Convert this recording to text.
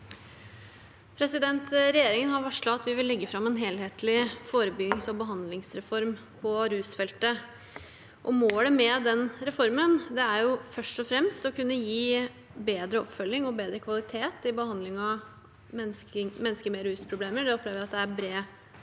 Regjeringen har varslet at vi vil legge fram en helhetlig forebyggings- og behandlingsreform på rusfeltet. Målet med den reformen er først og fremst å kunne gi bedre oppfølging og bedre kvalitet i behandlingen av mennesker med rusproblemer,